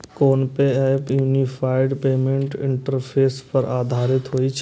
PhonePe app unified payments interface पर आधारित होइ छै